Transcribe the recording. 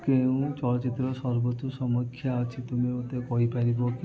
କେଉଁ ଚଳଚ୍ଚିତ୍ରର ସର୍ବୋତ୍ତର ସମୀକ୍ଷା ଅଛି ତୁମେ ମୋତେ କହିପାରିବ